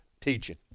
teaching